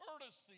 courtesy